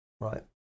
Right